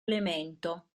elemento